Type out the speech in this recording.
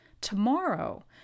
tomorrow